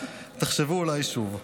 ואולי תחשבו שוב.